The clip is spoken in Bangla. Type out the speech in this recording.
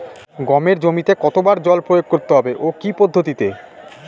গমের জমিতে কতো বার জল প্রয়োগ করতে হবে ও কি পদ্ধতিতে?